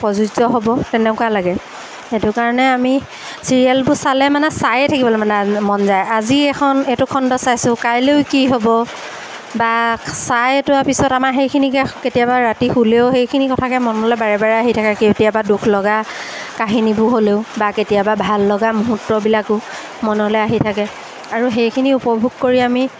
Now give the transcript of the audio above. প্ৰযোজ্য হ'ব তেনেকুৱা লাগে সেইটো কাৰণে আমি চিৰিয়েলবোৰ চালে মানে চায়েই থাকিবলৈ মানে মন যায় আজি এখন এইটো খণ্ড চাইছোঁ কাইলৈয়ো কি হ'ব বা চাই অঁতোৱাৰ পিছত আমাৰ সেইখিনিকে কেতিয়াবা ৰাতি শোলেও সেইখিনি কথাকে মনলৈ বাৰে বাৰে আহি থাকে কেতিয়াবা দুখলগা কাহিনীবোৰ হ'লেও বা কেতিয়াবা ভাললগা মুহূৰ্তবিলাকো মনলৈ আহি থাকে আৰু সেইখিনি উপভোগ কৰি আমি